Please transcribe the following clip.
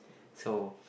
so